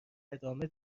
ادامه